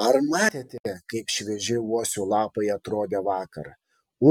ar matėte kaip švieži uosių lapai atrodė vakar